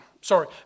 Sorry